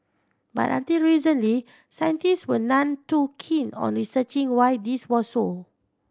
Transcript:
but until recently scientist were none too keen on researching why this was so